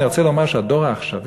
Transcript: אני רוצה לומר שהדור העכשווי